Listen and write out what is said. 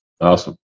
Awesome